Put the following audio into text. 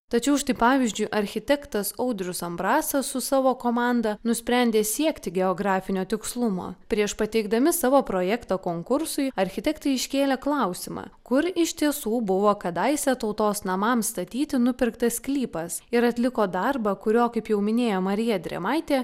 tačiau štai pavyzdžiui architektas audrius ambrasas su savo komanda nusprendė siekti geografinio tikslumo prieš pateikdami savo projektą konkursui architektai iškėlė klausimą kur iš tiesų buvo kadaise tautos namams statyti nupirktas sklypas ir atliko darbą kurio kaip jau minėjo marija drėmaitė